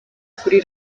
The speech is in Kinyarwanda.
kuri